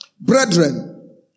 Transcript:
brethren